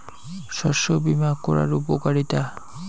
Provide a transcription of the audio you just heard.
শস্য বিমা করার উপকারীতা?